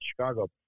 Chicago